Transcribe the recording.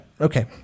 Okay